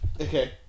okay